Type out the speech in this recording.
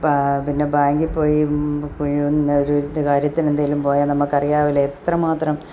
പാ പിന്നെ ബാങ്കിൽ പോയി പോയി ഒരു ഇത് കാര്യത്തിന് എന്തെങ്കിലും പോയാൽ നമുക്ക് അറിയാമല്ലേ എത്രമാത്രം